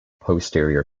posterior